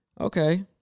Okay